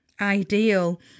ideal